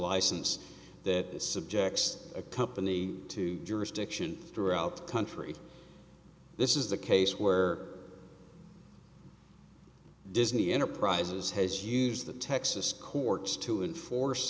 license that subjects a company to jurisdiction throughout the country this is the case where disney enterprises has used the texas courts to enforce